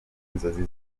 inzozi